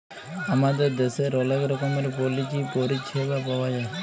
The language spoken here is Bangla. আমাদের দ্যাশের অলেক রকমের পলিচি পরিছেবা পাউয়া যায়